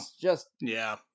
just—yeah